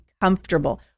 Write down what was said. comfortable